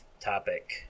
topic